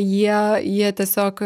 jie jie tiesiog